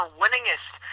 winningest